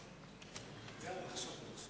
אוצר, יהיה לו אותו תסריט.